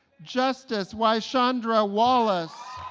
justice wyshundra wallace